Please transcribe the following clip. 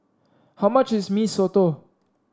how much is Mee Soto